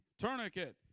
Tourniquet